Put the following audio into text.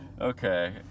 Okay